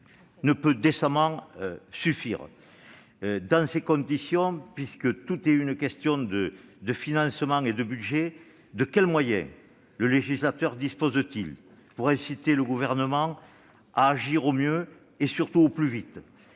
ne peut décemment pas suffire. Dans ces conditions, puisque tout est une question de financement et de budget, de quels moyens le législateur dispose-t-il pour inciter le Gouvernement à agir au mieux et, surtout, au plus vite ?